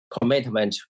commitment